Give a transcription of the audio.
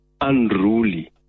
unruly